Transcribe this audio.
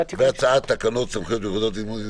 התש"ף-2020 והצעת תקנות סמכויות מיוחדות להתמודדות